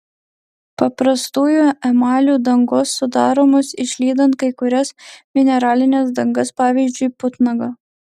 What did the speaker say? paprastųjų emalių dangos sudaromos išlydant kai kurias mineralines dangas pavyzdžiui putnagą